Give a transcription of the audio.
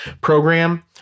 program